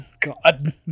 God